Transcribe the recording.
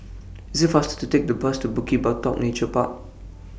IT IS faster to Take The Bus to Bukit Batok Nature Park